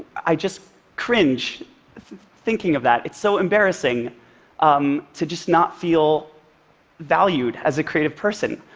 i just cringe thinking of that. it's so embarrassing um to just not feel valued as a creative person.